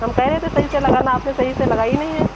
हम कह रहे थे सही से लगाना आपने सही से लगाई नहीं है